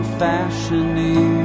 fashioning